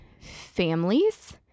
families